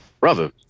brother